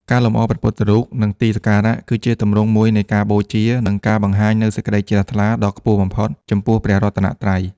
ការលម្អព្រះពុទ្ធរូប និងទីសក្ការៈ គឺជាទម្រង់មួយនៃការបូជា និងការបង្ហាញនូវសេចក្តីជ្រះថ្លាដ៏ខ្ពស់បំផុត ចំពោះព្រះរតនត្រ័យ។